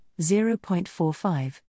0.45